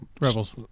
Rebels